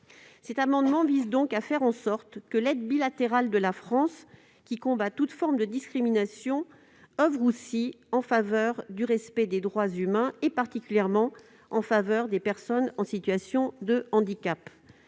Cet amendement vise donc à faire en sorte que l'aide bilatérale de la France, qui combat toute forme de discrimination, oeuvre aussi en faveur du respect des droits de l'homme, particulièrement au bénéfice des personnes souffrant de handicap.